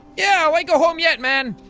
yeah! why go home yet man?